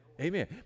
amen